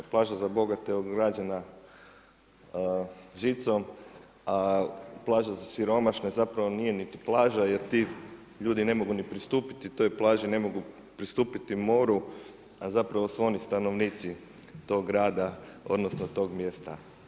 Plaža za bogate je ograđena žicom, a plaža za siromašne zapravo nije niti plaža jer ti ljudi ne mogu pristupiti toj plaži, ne mogu pristupiti moru, a zapravo su oni stanovnici tog grada, odnosno tog mjesta.